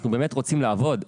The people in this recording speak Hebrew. אנחנו באמת רוצים לעבוד.